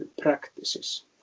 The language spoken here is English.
practices